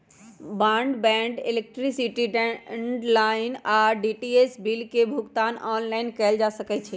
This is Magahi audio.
ब्रॉडबैंड, इलेक्ट्रिसिटी, लैंडलाइन आऽ डी.टी.एच बिल के भुगतान ऑनलाइन कएल जा सकइ छै